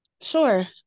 Sure